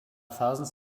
thousands